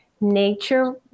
nature